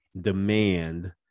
demand